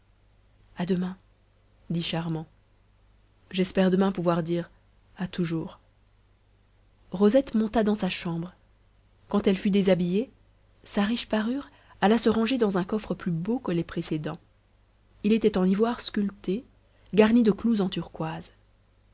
a demain dit charmant j'espère demain pouvoir dire a toujours rosette monta dans sa chambre quand elle fut déshabillée sa riche parure alla se ranger dans un coffre plus beau que les précédents il était en ivoire sculpté garni de clous en turquoises